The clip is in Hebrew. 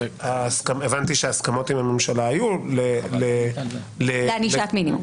הבנתי שההסכמות עם הממשלה היו --- לענישת מינימום.